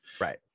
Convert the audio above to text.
right